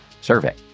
survey